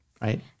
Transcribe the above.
right